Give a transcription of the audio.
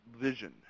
vision